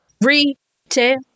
Retail